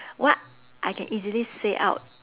what I can easily say out